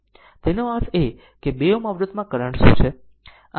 તેનો અર્થ એ કે 2 Ω અવરોધમાં કરંટ શું છે